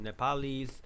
Nepalis